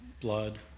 blood